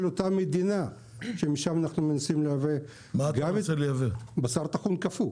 אותה מדינה שמשם אנחנו מנסים לייבא בשר טחון קפוא,